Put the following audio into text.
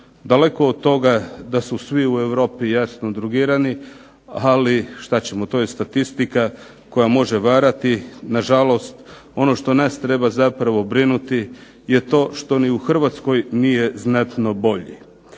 daleko od toga da su svi u Europi jasno drogirani, ali šta ćemo to je statistika koja može varati. Na žalost ono što nas treba zapravo brinuti je to što ni u Hrvatskoj nije znatno bolje.